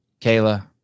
Kayla